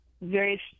various